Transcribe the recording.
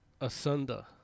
Asunda